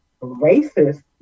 racist